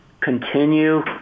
continue